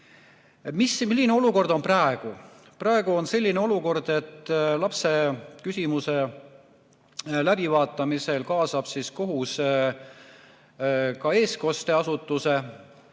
üle. Milline olukord on praegu? Praegu on selline olukord, et lapse küsimuse läbivaatamisel kaasab kohus ka eestkosteasutuse